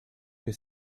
que